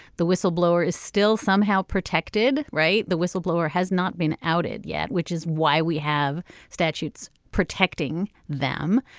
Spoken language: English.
the whistleblower is still somehow protected right. the whistleblower has not been outed yet which is why we have statutes protecting them.